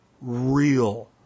real